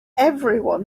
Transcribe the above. everyone